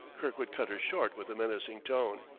kirkwood cut her short with a menacing tone.